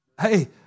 Hey